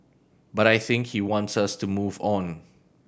but I think he wants us to move on